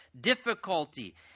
difficulty